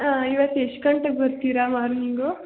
ಇವತ್ತು ಎಷ್ಟು ಗಂಟೆಗೆ ಬರ್ತೀರಾ ಮಾರ್ನಿಂಗು